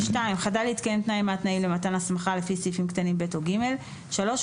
חדל להתקיים תנאי מהתנאים למתן ההסמכה לפי סעיפים קטנים (ב) או (ג); הוא